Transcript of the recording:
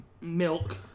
milk